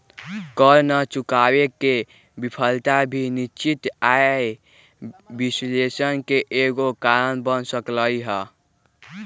कर न चुकावे के विफलता भी निश्चित आय विश्लेषण के एगो कारण बन सकलई ह